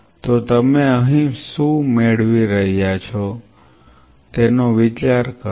તો તમે અહીં શું મેળવી રહ્યા છો તેનો વિચાર કરો